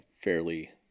fairly